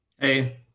Hey